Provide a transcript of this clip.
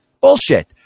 Bullshit